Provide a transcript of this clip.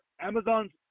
Amazon's